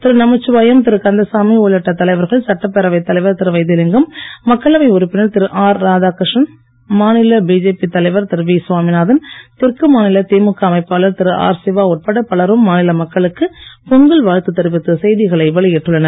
திரு நமச்சிவாயம் திரு கந்தசாமி உள்ளிட்ட தலைவர்கள் சட்டப்பேரவைத் தலைவர் திரு வைத்திலிங்கம் மக்களவை உறுப்பினர் திரு ஆர் ராதாகிருஷ்ணன் மாநில பிஜேபி தலைவர் திரு வி சாமிநாதன் தெற்கு மாநில திமுக அமைப்பாளர் திரு ஆர் சிவா உட்பட பலரும் மாநில மக்களுக்கு பொங்கல் வாழ்த்து தெரிவித்து செய்திகளை வெளியிட்டுள்ளனர்